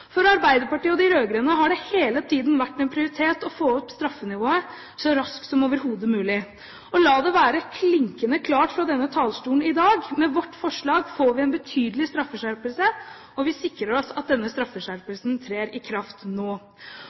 For Arbeiderpartiet og de rød-grønne har det hele tiden vært en prioritet å få opp straffenivået så raskt som overhodet mulig. La det være klinkende klart fra denne talerstolen i dag: Med vårt forslag får vi en betydelig straffeskjerpelse, og vi sikrer oss at denne straffeskjerpelsen trer i kraft nå.